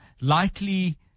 likely